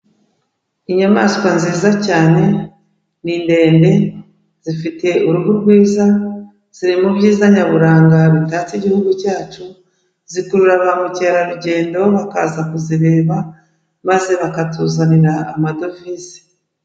Inyamaswa nziza cyane, ni ndende zifite uruhu rwiza, ziri mu byiza nyaburanga bitatse igihugu cyacu, zikurura ba mukerarugendo bakaza kuzireba, maze bakatuzanira amadovize.